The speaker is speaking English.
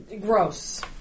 Gross